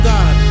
God